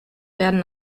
werden